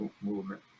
movement